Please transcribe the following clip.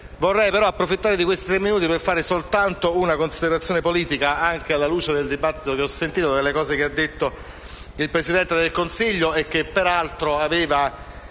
Vorrei però approfittare di pochi minuti per fare una considerazione politica, anche alla luce del dibattito che ho ascoltato e delle cose che ha detto il Presidente del Consiglio, che peraltro aveva